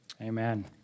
Amen